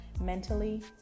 mentally